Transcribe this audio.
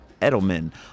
Edelman